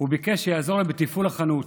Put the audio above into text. וביקש שיעזור לו בתפעול החנות.